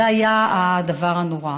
זה היה הדבר הנורא.